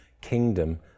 kingdom